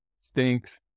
stinks